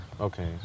okay